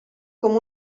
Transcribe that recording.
com